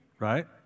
Right